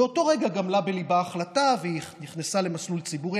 באותו רגע גמלה בליבה ההחלטה והיא נכנסה למסלול ציבורי.